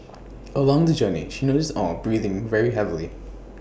along the journey she noticed aw breathing very heavily